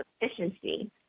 efficiency